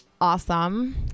awesome